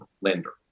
lender